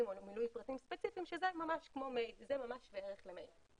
או מילוי פרטים ספציפיים שזה ממש שווה ערך למייל.